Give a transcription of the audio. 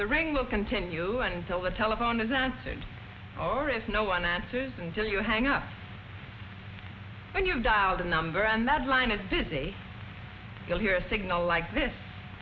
the ring will continue until the telephone is answered or is no one answers until you hang up when you dial the number on that line is busy you'll hear a signal like this